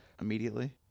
immediately